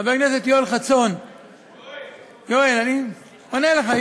חבר הכנסת יואל חסון, יואל, אני עונה לך.